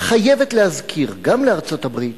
חייבת להזכיר גם לארצות-הברית,